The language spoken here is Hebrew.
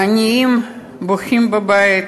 העניים בוכים בבית,